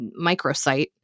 microsite